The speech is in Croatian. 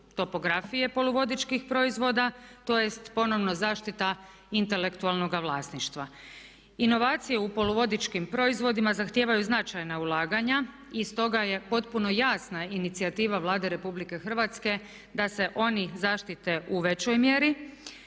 topografije poluvodičkih proizvoda tj. ponovno zaštita intelektualnoga vlasništva. Inovacije u poluvodičkim proizvodima zahtijevaju značajna ulaganja i stoga je potpuno jasna inicijativa Vlade RH da se oni zaštite u većoj mjeri.